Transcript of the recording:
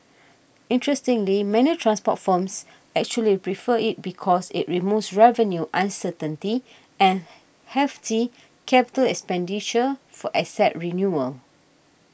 interestingly many transport firms actually prefer it because it removes revenue uncertainty and hefty capital expenditure for asset renewal